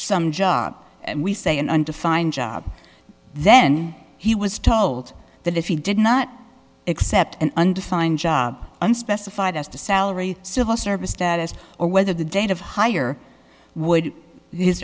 some job and we say an undefined job then he was told that if he did not accept an undefined job unspecified as to salary civil service status or whether the date of hire would his